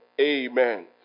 Amen